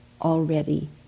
already